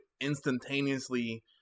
instantaneously